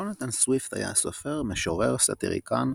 ג'ונתן סוויפט, היה סופר, משורר, סאטיריקן,